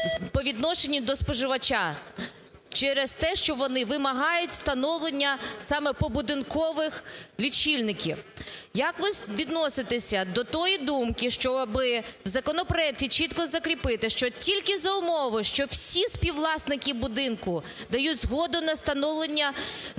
по відношенню до споживача через те, що вони вимагають встановлення саме побудинкових лічильників. Як ви відноситесь до тієї думки, щоб в законопроекті чітко закріпити, що тільки за умови, що всі співвласники будинку дають згоду на встановлення